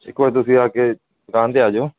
ਇਕ ਵਾਰ ਤੁਸੀਂ ਆ ਕੇ ਦੁਕਾਨ ਤੇ ਆ ਜਾਓ